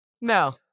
No